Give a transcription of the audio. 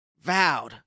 vowed